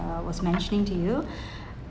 uh I was mentioning to you